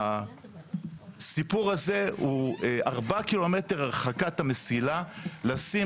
הסיפור הזה הוא ארבע קילומטר הרחקת המסילה לשים